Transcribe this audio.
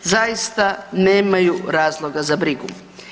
Zaista nemaju razloga za brigu.